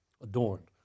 adorned